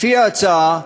לפי ההצעה,